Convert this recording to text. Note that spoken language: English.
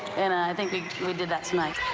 and i think think to do that tonight.